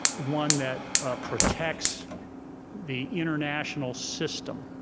one that protects the international system.